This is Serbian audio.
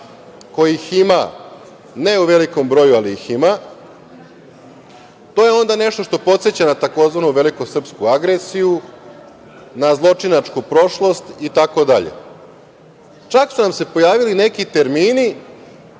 kojih ima ne u velikom broju, ali ih ima, to je onda nešto što podseća na takozvanu veliku srpsku agresiju, na zločinačku prošlost i tako dalje. Čak su nam se pojavili neki termini